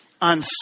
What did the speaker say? on